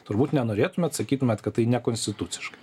turbūt nenorėtumėt sakytumėt kad tai nekonstituciškai